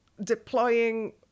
deploying